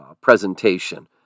presentation